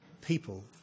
People